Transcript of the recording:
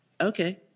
okay